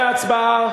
להצבעה.